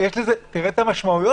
ממערך